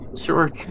sure